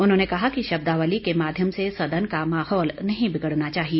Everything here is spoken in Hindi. उन्होंने कहा कि शब्दावली के माध्यम से सदन का माहौल नहीं बिगड़ना चाहिए